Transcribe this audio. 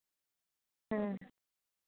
ᱦᱮᱸ ᱦᱩᱸ ᱟᱪᱪᱷᱟ